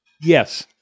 Yes